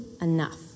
enough